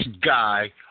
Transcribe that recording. guy